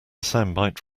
soundbite